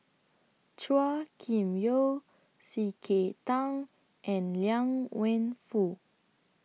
Chua Kim Yeow C K Tang and Liang Wenfu